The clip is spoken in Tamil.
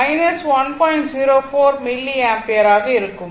04 மில்லி ஆம்பியர் ஆகும்